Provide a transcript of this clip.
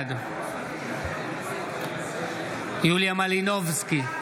בעד יוליה מלינובסקי,